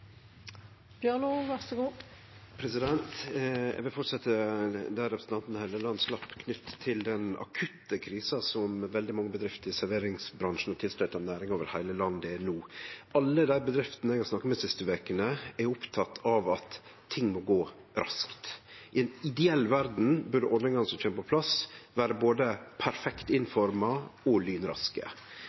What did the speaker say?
Eg vil fortsetje der representanten Hofstad Helleland slapp, knytt til den akutte krisa som veldig mange bedrifter i serveringsbransjen og tilstøytande næringar over heile landet er i no. Alle dei bedriftene eg har snakka med dei siste vekene, er opptekne av at ting må gå raskt. I ei ideell verd burde ordningane som kjem på plass, vere både perfekt innretta og lynraske.